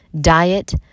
diet